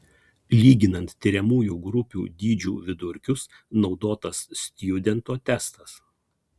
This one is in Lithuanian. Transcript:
lyginant tiriamųjų grupių dydžių vidurkius naudotas stjudento testas